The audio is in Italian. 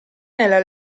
nella